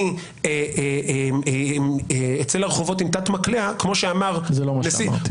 אני אצא לרחובות עם תת מקלע --- אני לא אמרתי את זה.